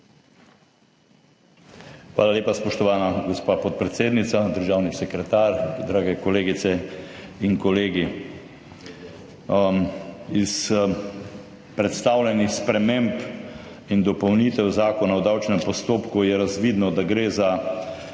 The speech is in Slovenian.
Hvala lepa, spoštovana gospa podpredsednica. Državni sekretar, dragi kolegice in kolegi! Iz predstavljenih sprememb in dopolnitev Zakona o davčnem postopku je razvidno, da gre za veliko